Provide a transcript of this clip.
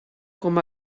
com